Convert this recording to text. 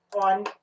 on